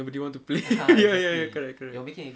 nobody want to play ya ya ya correct correct